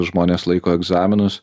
žmonės laiko egzaminus